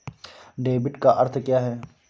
Debit का अर्थ क्या है?